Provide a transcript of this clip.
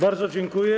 Bardzo dziękuję.